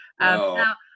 Now